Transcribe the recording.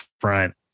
front